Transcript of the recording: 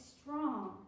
strong